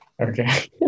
Okay